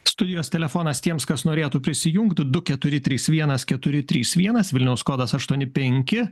studijos telefonas tiems kas norėtų prisijungti du keturi trys vienas keturi trys vienas vilniaus kodas aštuoni penki